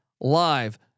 live